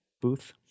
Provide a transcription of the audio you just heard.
booth